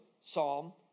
Psalm